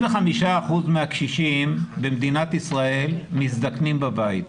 אחוזים מהקשישים במדינת ישראל מזדקנים בבית.